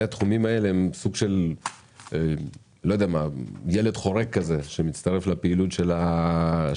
התחומים האלה הם סוג של ילד חורג כזה שמצטרף לפעילות של הרשות.